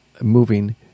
Moving